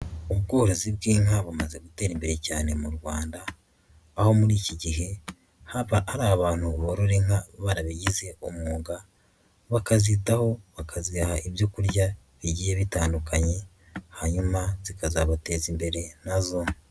Ubworozi bw'inka bumaze gutera imbere cyane mu Rwanda, aho muri iki gihe haba hari abantu borora inka barabigize umwuga, bakazitaho bakaziha ibyo kurya bigiye bitandukanye, hanyuma zikazabateza imbere na zo.